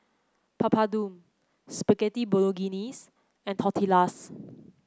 Papadum Spaghetti Bolognese and Tortillas